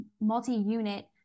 multi-unit